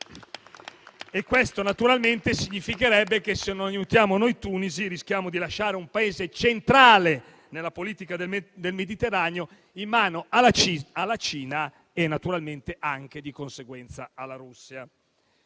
e naturalmente questo significherebbe che se non aiutiamo noi Tunisi, rischiamo di lasciare un Paese centrale nella politica del Mediterraneo in mano alla Cina e naturalmente, di conseguenza, anche alla Russia.